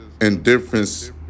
indifference